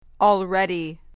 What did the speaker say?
already